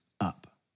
up